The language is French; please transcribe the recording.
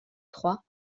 trois